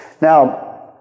Now